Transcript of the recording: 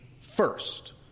first